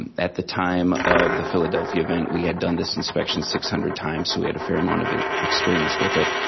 at the time of the philadelphia event we had done this inspection six hundred times, so we had a fair amount of experience with it.